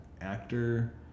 actor